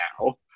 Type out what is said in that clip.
now